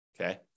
Okay